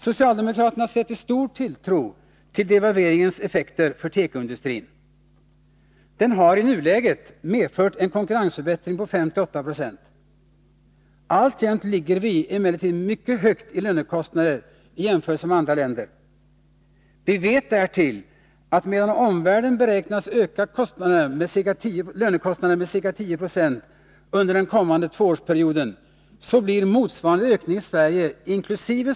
Socialdemokraterna sätter stor tilltro till devalveringens effekter för tekoindustrin. Den har i nuläget medfört en konkurrensförbättring på 5-8 Zo. Alltjämt ligger vi emellertid mycket högt i lönekostnader i jämförelse med andra länder. Vi vet därtill att medan omvärlden beräknas öka lönekostnaderna med ca 10 20 under den kommande tvåårsperioden, så blir motsvarande ökning i Sverige inkl.